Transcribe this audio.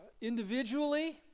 individually